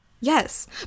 Yes